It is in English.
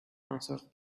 answered